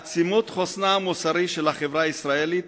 עצימות חוסנה המוסרי של החברה הישראלית,